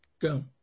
go